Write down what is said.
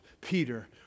Peter